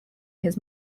his